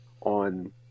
on